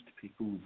people